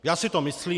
Já si to myslím.